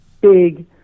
big